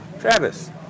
Travis